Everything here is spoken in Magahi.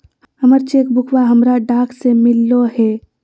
हमर चेक बुकवा हमरा डाक से मिललो हे